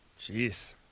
Jeez